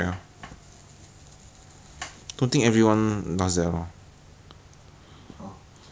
no matter what no matter what what like up to know right my rank my lane always touch the least one